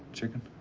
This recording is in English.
chicken?